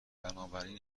بنابراین